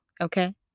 Okay